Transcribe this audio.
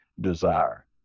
desire